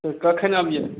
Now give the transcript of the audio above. तऽ कखैन अबियै